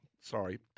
sorry